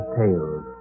tales